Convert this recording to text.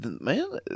Man